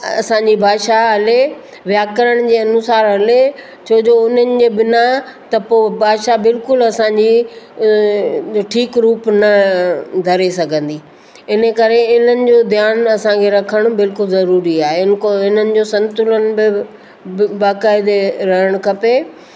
असांजी भाषा हले व्याकरण जे अनुसारु हले छो जो उन्हनि जे बिना त पोइ भाषा बिल्कुलु असां जी ठीकु रूप न धरे सघंदी इन करे इन्हनि जो ध्यानु असां खे रखणु बिल्कुलु ज़रूरी आहे इन को इन्हनि जो संतूलन बि बाक़ाइदे रहणु खपे